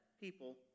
people